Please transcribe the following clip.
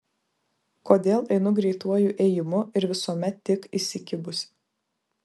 kodėl einu greituoju ėjimu ir visuomet tik įsikibusi